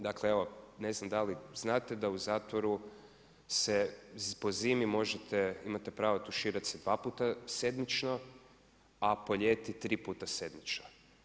Dakle evo, ne znam da li znate da u zatvoru se po zimi možete, imate pravo tuširati dva puta sedmično, a po ljeti tri puta sedmično.